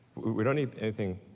we don't need anything,